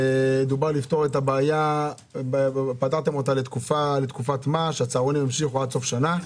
ופתרתם את הבעיה לתקופת מה שהצהרונים המשיכו עד סוף שנה.